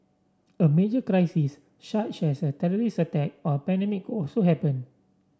a major crisis such as a terrorist attack or a pandemic could also happen